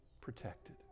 protected